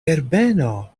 herbeno